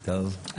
טוב.